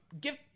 Give